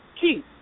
Keith